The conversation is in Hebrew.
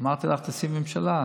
אמרתי לך: תעשי ממשלה.